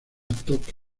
toque